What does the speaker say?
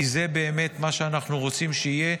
כי זה באמת מה שאנחנו רוצים שיהיה,